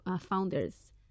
founders